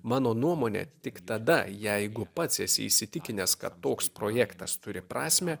mano nuomone tik tada jeigu pats esi įsitikinęs kad toks projektas turi prasmę